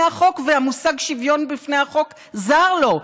החוק והמושג שוויון בפני החוק זר לו.